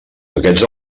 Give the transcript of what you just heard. aquests